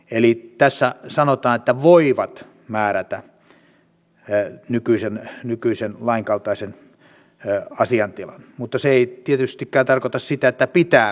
eli tässä sanotaan että voivat määrätä nykyisen lain kaltaisen asiaintilan mutta se ei tietystikään tarkoita sitä että pitää määrätä